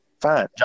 Fine